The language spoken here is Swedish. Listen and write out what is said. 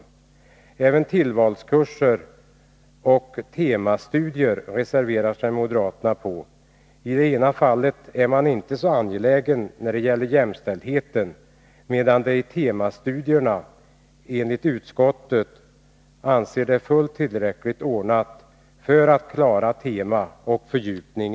Även när det gäller tillvalskurser och temastudier reserverar sig moderaterna. I fråga om reservationen beträffande tillvalskurserna kan konstateras att man inte är särskilt angelägen om att slå vakt om jämställdheten. Beträffande temastudierna anser utskottet dessa vara till fyllest med nuvarande ordning när det gäller behovet av individualiserad ämnesfördjupning.